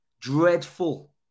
dreadful